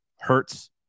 Hurts